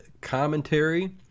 commentary